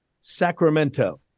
Sacramento